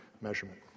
measurement